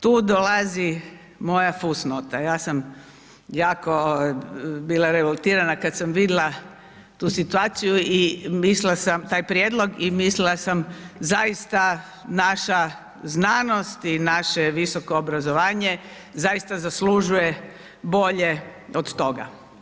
Tu dolazi moja fusnota ja sam jako bila revoltirana kad sam vidla tu situaciju i mislila sam, taj prijedlog, i mislila sam zaista naša znanost i naše visoko obrazovanje zaista zaslužuje bolje od toga.